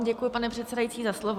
Děkuji, pane předsedající, za slovo.